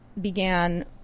began